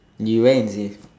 you wear and see